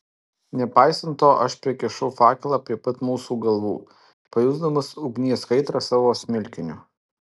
nepaisant to aš prikišau fakelą prie pat mūsų galvų pajusdamas ugnies kaitrą savo smilkiniu